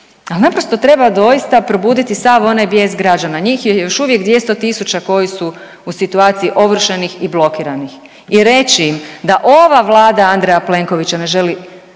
naprosto treba doista probuditi sav onaj bijes građana, njih je još uvijek 200 tisuća koji su u situaciji ovršenih i blokiranih i reći im da ova Vlada Andreja Plenkovića ne želi